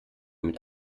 mit